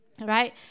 right